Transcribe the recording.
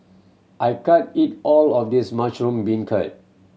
I can't eat all of this mushroom beancurd